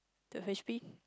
to H_P